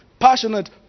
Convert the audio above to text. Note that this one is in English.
Passionate